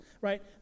right